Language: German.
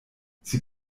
sie